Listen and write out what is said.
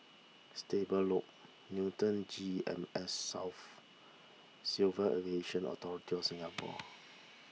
Stable Loop Newton G Em S South Civil Aviation Authority of Singapore